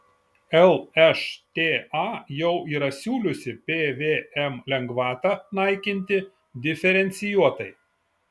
lšta jau yra siūliusi pvm lengvatą naikinti diferencijuotai